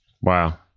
Wow